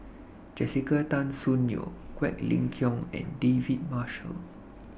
Jessica Tan Soon Neo Quek Ling Kiong and David Marshall